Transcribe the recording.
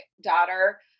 daughter